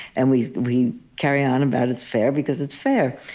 and we we carry on about it's fair because it's fair.